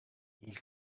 ilk